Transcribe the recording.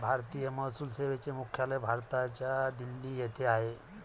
भारतीय महसूल सेवेचे मुख्यालय भारताच्या दिल्ली येथे आहे